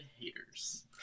haters